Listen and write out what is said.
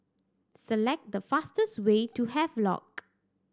select the fastest way to Havelock